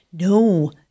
no